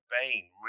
bane